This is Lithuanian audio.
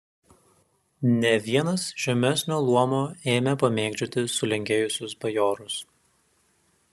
ne vienas žemesnio luomo ėmė pamėgdžioti sulenkėjusius bajorus